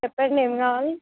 చెప్పండి ఏం కావాలి